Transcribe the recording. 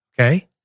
okay